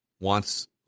wants